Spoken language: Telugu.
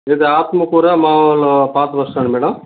ఏది ఆత్మకురా మాములు పాత బస్ స్టాండా మేడం